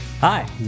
Hi